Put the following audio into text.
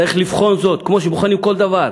צריך לבחון זאת כמו שבוחנים כל דבר.